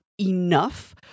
Enough